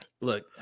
look